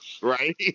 Right